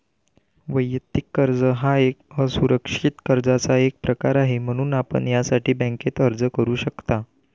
वैयक्तिक कर्ज हा एक असुरक्षित कर्जाचा एक प्रकार आहे, म्हणून आपण यासाठी बँकेत अर्ज करू शकता